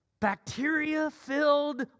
bacteria-filled